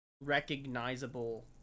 recognizable